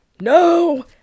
no